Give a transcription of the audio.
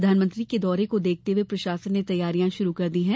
प्रधानमंत्री के दौरे को देखते हए प्रशासन ने तैयारियां शुरू कर दी है